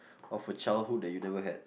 of a childhood that you never had